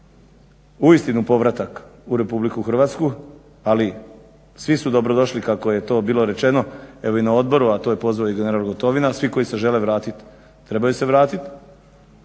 uistinu povratak u Republiku Hrvatsku ali svi su dobrodošli kako je to bilo rečeno na odboru, a to je pozvao i general Gotovina, svi koji se žele vratiti trebaju se vratit.